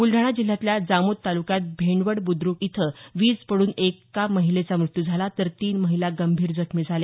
बुलडाणा जिल्ह्यातल्या जामोद तालुक्यात भेंडवड बुद्र्क वीज पडून एक महिलेचा मृत्यु झाला तर तीन महिला गंभीर जखमी झाल्या